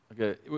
Okay